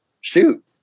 shoot